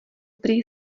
prý